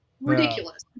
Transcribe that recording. ridiculous